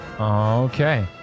Okay